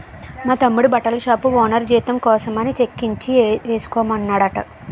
మా తమ్ముడి బట్టల షాపు ఓనరు జీతం కోసమని చెక్కిచ్చి ఏసుకోమన్నాడట